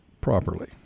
properly